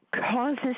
causes